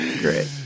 great